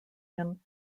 him